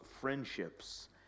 friendships